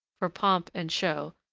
for pomp and show,